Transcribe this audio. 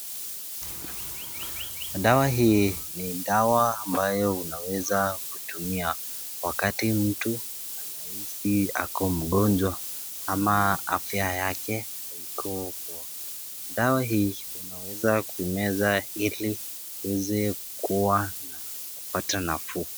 Dawa hii ni dawa ambayo unaweza kutumia wakati mtu anahisi ako mgonjwa, ama afya yake iko. Dawa hii unaweza kumeza ili uweza kuwa na kupata nafuu.